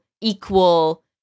equal